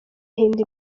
ahinda